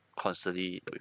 constantly